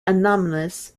anomalous